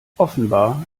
offenbar